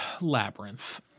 Labyrinth